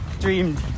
dreamed